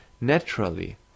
naturally